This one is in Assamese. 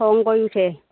খং কৰি উঠে